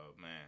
man